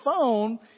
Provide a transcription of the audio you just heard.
phone